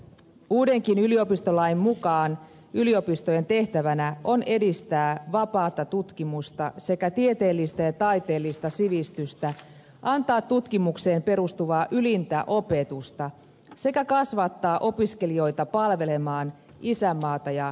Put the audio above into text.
uudenkin yliopistolain mukaan yliopistojen tehtävänä on edistää vapaata tutkimusta sekä tieteellistä ja taiteellista sivistystä antaa tutkimukseen perustuvaa ylintä opetusta sekä kasvattaa opiskelijoita palvelemaan isänmaata ja ihmiskuntaa